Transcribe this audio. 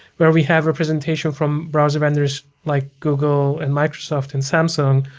where we have representation from browser vendors like google, and microsoft, and samsung,